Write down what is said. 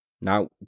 Now